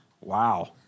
wow